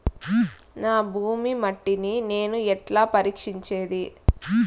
నా భూమి మట్టిని నేను ఎట్లా పరీక్షించేది?